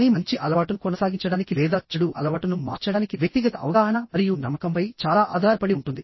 కానీ మంచి అలవాటును కొనసాగించడానికి లేదా చెడు అలవాటును మార్చడానికి వ్యక్తిగత అవగాహన మరియు నమ్మకంపై చాలా ఆధారపడి ఉంటుంది